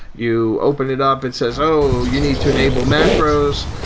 you open it up. it says, oh, you need to enable macros.